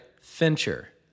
Fincher